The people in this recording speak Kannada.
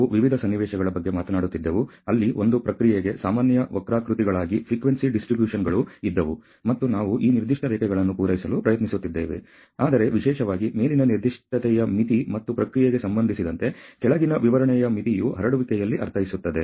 ನಾವು ವಿವಿಧ ಸನ್ನಿವೇಶಗಳ ಬಗ್ಗೆ ಮಾತನಾಡುತ್ತಿದ್ದೆವು ಅಲ್ಲಿ ಒಂದು ಪ್ರಕ್ರಿಯೆಗೆ ಸಾಮಾನ್ಯ ವಕ್ರಾಕೃತಿಗಳಾಗಿ ಫ್ರೀಕ್ವೆನ್ಸಿ ಡಿಸ್ಟ್ರಿಬ್ಯುಶನ್ಸಗಳು ಇದ್ದವು ಮತ್ತು ನಾವು ಈ ನಿರ್ದಿಷ್ಟ ರೇಖೆಗಳನ್ನು ಪೂರೈಸಲು ಪ್ರಯತ್ನಿಸುತ್ತಿದ್ದೇವೆ ಆದರೆ ವಿಶೇಷವಾಗಿ ಮೇಲಿನ ನಿರ್ದಿಷ್ಟತೆಯ ಮಿತಿ ಮತ್ತು ಪ್ರಕ್ರಿಯೆಗೆ ಸಂಬಂಧಿಸಿದಂತೆ ಕೆಳಗಿನ ವಿವರಣೆಯ ಮಿತಿಯು ಹರಡುವಿಕೆಯಲ್ಲಿ ಅರ್ಥೈಸುತ್ತದೆ